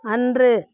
அன்று